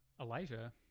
elijah